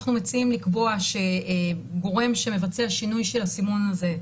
אנחנו מציעים לקבוע שגורם שמבצע שינוי של הסימון הזה,